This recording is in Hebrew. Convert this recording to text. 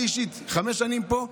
אני אישית חמש שנים פה.